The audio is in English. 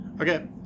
Okay